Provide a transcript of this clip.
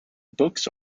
books